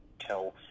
tell